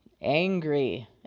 angry